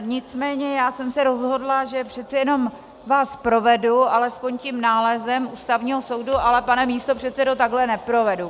Nicméně já jsem se rozhodla, že přece jenom vás provedu alespoň tím nálezem Ústavního soudu ale pane místopředsedo, takhle neprovedu!